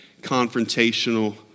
confrontational